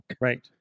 right